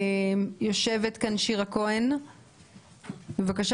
יושבת כאן שירה כהן, בבקשה.